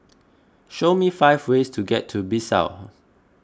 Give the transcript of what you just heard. show me five ways to get to Bissau